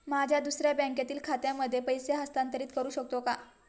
माझ्या दुसऱ्या बँकेतील खात्यामध्ये पैसे हस्तांतरित करू शकतो का?